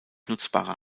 nutzbare